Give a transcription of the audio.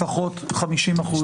לפחות ב-50%?